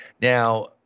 now